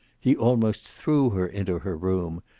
he almost threw her into her room,